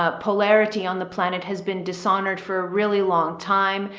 ah polarity on the planet has been dishonored for a really long time.